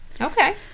Okay